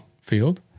field